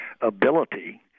ability